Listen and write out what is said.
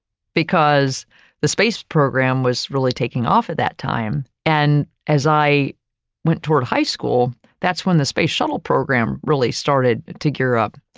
because the space program was really taking off at that time. and as i went toward high school, that's when the space shuttle program really started to gear up.